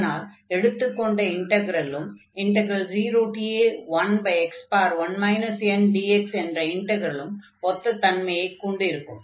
அதனால் எடுத்துக்கொண்ட இன்டக்ரலும் 0a1x1 ndx என்ற இன்டக்ரலும் ஒத்த தன்மையைக் கொண்டிருக்கும்